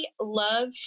love